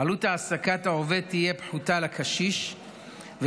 עלות העסקת העובד לקשיש תהיה פחותה,